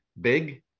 big